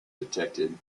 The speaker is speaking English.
detected